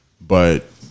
but-